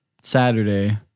Saturday